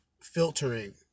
filtering